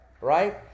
Right